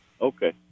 Okay